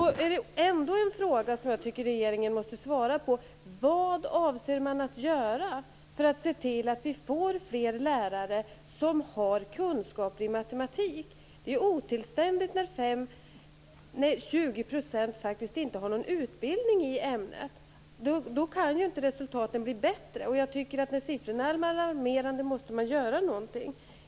En fråga som jag tycker att regeringen måste svara på är: Vad avser man att göra för att se till att vi får fler lärare som har kunskaper i matematik? Det är otillständigt när 20 % faktiskt inte har någon utbildning i ämnet. Då kan ju inte resultaten bli bättre. När siffrorna är alarmerande måste man göra någonting.